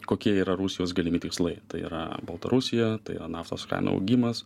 kokie yra rusijos galimi tikslai tai yra baltarusija tai yra naftos kainų augimas